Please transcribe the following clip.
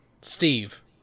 steve